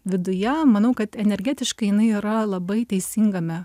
viduje manau kad energetiškai jinai yra labai teisingame